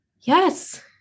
Yes